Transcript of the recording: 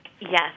Yes